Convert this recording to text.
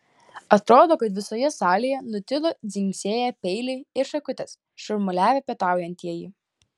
atrodo kad visoje salėje nutilo dzingsėję peiliai ir šakutės šurmuliavę pietaujantieji